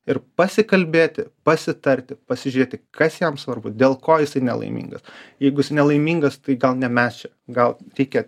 ir pasikalbėti pasitarti pasižiūrėti kas jam svarbu dėl ko jisai nelaimingas jeigu is nelaimingas tai gal ne mes čia gal reikia